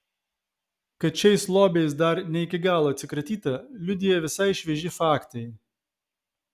kad šiais lobiais dar ne iki galo atsikratyta liudija visai švieži faktai